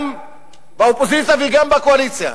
גם באופוזיציה וגם בקואליציה,